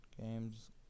Game's